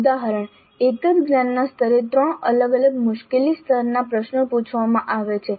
ઉદાહરણ એક જ જ્ઞાનના સ્તરે ત્રણ અલગ અલગ મુશ્કેલી સ્તરના પ્રશ્નો પૂછવામાં આવે છે